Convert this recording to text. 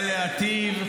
בא להיטיב,